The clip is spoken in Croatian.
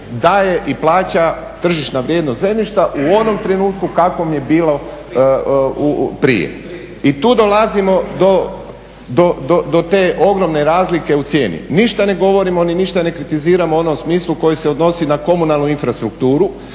daje i plaća tržišna vrijednost zemljišta u onom trenutku kakvom je bilo prije. I tu dolazimo do te ogromne razlike u cijeni. Ništa ne govorimo ni ništa ne kritiziramo u onom smislu koji se odnosi na komunalnu infrastrukturu,